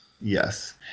Yes